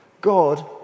God